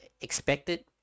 expected